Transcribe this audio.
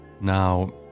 Now